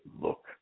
look